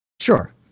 Sure